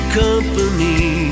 company